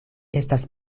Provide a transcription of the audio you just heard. estas